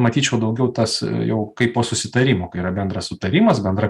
matyčiau daugiau tas jau kai po susitarimo kai yra bendras sutarimas bendra